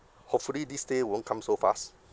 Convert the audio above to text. hopefully this day won't come so fast